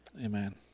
amen